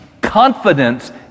confidence